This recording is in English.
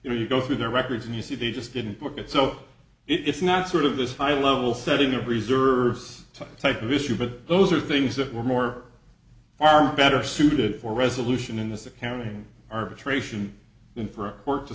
you know you go through their records and you see they just didn't book it so it's not sort of this high level setting of reserves type of issue but those are things that were more are better suited for resolution in this accounting arbitration